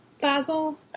Basil